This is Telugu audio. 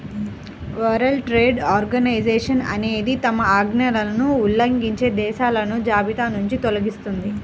వరల్డ్ ట్రేడ్ ఆర్గనైజేషన్ అనేది తమ ఆజ్ఞలను ఉల్లంఘించే దేశాలను జాబితానుంచి తొలగిస్తుంది